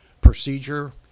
procedure